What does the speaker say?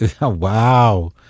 Wow